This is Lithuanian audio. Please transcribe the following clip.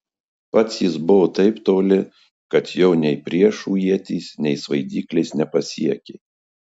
pats jis buvo taip toli kad jo nei priešų ietys nei svaidyklės nepasiekė